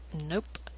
nope